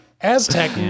Aztec